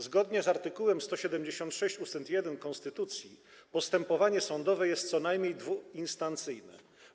Zgodnie z art. 176 ust. 1 konstytucji postępowanie sądowe jest co najmniej dwuinstancyjne.